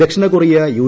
Dakshina Korea U